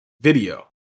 video